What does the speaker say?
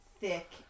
thick